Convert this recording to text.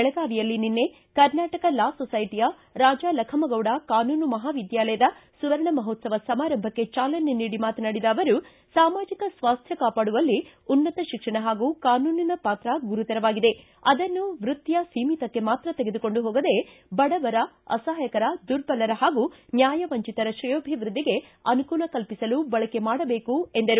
ಬೆಳಗಾವಿಯಲ್ಲಿ ನಿನ್ನೆ ಕರ್ನಾಟಕ ಲಾ ಸೊಸೈಟಿಯ ರಾಜಾಲಖಮಗೌಡ ಕಾನೂನು ಮಹಾವಿದ್ದಾಲಯದ ಸುವರ್ಣ ಮಹೋತ್ಸವ ಸಮಾರಂಭಕ್ಕೆ ಚಾಲನೆ ನೀಡಿ ಮಾತನಾಡಿದ ಅವರು ಸಾಮಾಜಿಕ ಸ್ವಾಸ್ಟ್ ಕಾಪಾಡುವಲ್ಲಿ ಉನ್ನತ ಶಿಕ್ಷಣ ಹಾಗೂ ಕಾನೂನಿನ ಪಾತ್ರ ಗುರುತರವಾಗಿದೆ ಅದನ್ನು ವ್ಯಕ್ತಿಯ ಸೀಮಿತಕ್ಕೆ ಮಾತ್ರ ತೆಗೆದುಕೊಂಡು ಹೋಗದೆ ಬಡವರ ಅಸಹಾಯಕರ ದುರ್ಬಲರ ಹಾಗೂ ನ್ಯಾಯ ವಂಚಿತರ ಕ್ರೇಯೋಭಿವೃದ್ಧಿಗೆ ಅನುಕೂಲ ಕಲ್ಪಿಸಲು ಬಳಕೆ ಮಾಡಬೇಕು ಎಂದರು